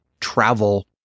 travel